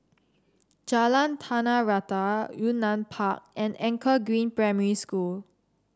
Jalan Tanah Rata Yunnan Park and Anchor Green Primary School